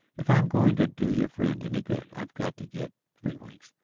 if i'm going to do your friend any good i've got to get three winks.